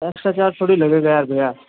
extra charge थोड़ी लगेगा यार भैया